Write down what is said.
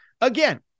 again